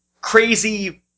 crazy